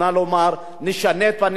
נשנה את פניה של החברה.